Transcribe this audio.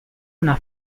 una